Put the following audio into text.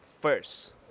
First